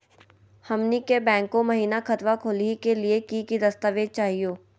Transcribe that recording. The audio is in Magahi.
हमनी के बैंको महिना खतवा खोलही के लिए कि कि दस्तावेज चाहीयो?